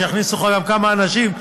שיכניסו אליך גם כמה אנשים,